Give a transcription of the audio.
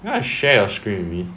wanna share your screen with me